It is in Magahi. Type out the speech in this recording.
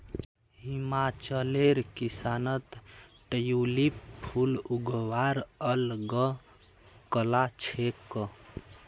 हिमाचलेर किसानत ट्यूलिप फूल उगव्वार अल ग कला छेक